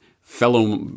fellow